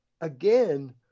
Again